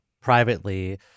privately